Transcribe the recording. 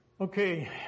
Okay